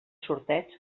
sorteig